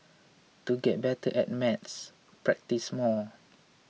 to get better at maths practise more